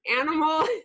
animal